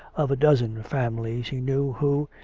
of a dozen families he knew who,